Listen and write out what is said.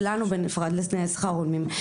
ולנו בנפרד לנאי שכר הולמים.